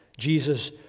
Jesus